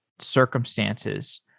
circumstances